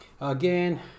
again